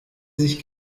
sich